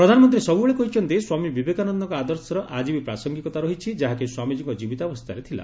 ପ୍ରଧାନମନ୍ତ୍ରୀ ସବୁବେଳେ କହିଛନ୍ତି ସ୍ୱାମୀ ବିବେକାନନ୍ଦଙ୍କ ଆଦର୍ଶର ଆଜି ବି ପ୍ରାସଙ୍ଗିକତା ରହିଛି ଯାହାକି ସ୍ୱାମିଜୀଙ୍କ ଜୀବିତାବସ୍ଥାରେ ଥିଲା